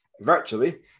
virtually